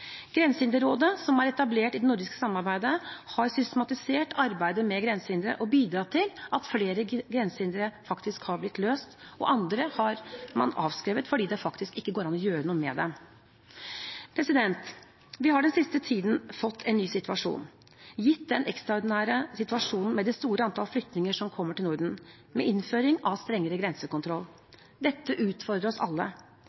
Grensehinderrådet, som er etablert i det nordiske samarbeidet, har systematisert arbeidet med grensehindre og bidratt til at flere grensehindre er blitt løst. Andre har man avskrevet fordi det faktisk ikke går an å gjøre noe med dem. Vi har den siste tiden fått en ny situasjon – gitt den ekstraordinære situasjonen med det store antallet flyktninger som kommer til Norden – med innføring av strengere grensekontroll. Dette utfordrer oss alle.